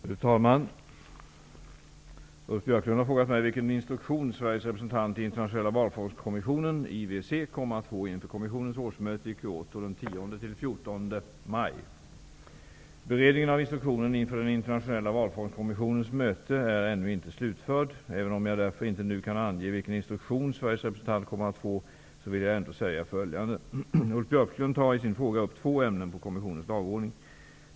Fru talman! Ulf Björklund har frågat mig vilken instruktion Sveriges representant i Internationella Valfångstkommissionen kommer att få inför kommissionens årsmöte i Kyoto den 10--14 maj. Beredningen av instruktionen inför den internationella valfångstkommissionens möte är ännu inte slutförd. Även om jag därför inte nu kan ange vilken instruktion Sveriges representant kommer att få, vill jag ändå säga följande. Ulf Björklund tar i sin fråga upp två ämnen på kommissionens dagordning.